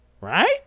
right